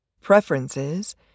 Preferences